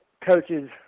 coaches